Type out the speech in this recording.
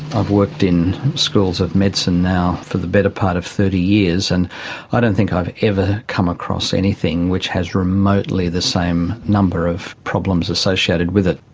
i've worked in schools of medicine now for the better part of thirty years and i don't think i've ever come across anything which has remotely the same number of problems associated with it.